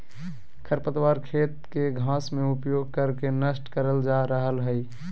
खरपतवार खेत के घास में उपयोग कर के नष्ट करल जा रहल हई